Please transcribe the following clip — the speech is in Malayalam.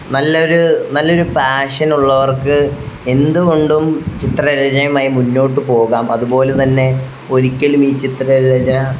നല്ലൊരു നല്ലൊരു പാഷനുള്ളവർക്ക് എന്തുകൊണ്ടും ചിത്രരചനയുമായി മുന്നോട്ട് പോകാം അതുപോലെ തന്നെ ഒരിക്കലും ഈ ചിത്ര രചന